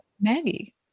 Maggie